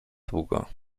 długo